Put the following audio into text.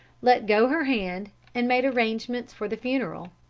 let go her hand, and made arrangements for the funeral.